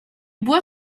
boit